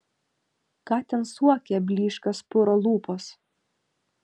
ką ten suokia blyškios puro lūpos